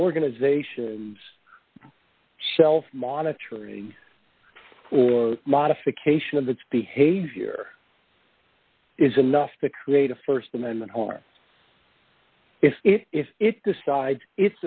organizations shelf monitoring or modification of it's behavior is enough to create a st amendment home if it decides it's